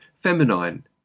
Feminine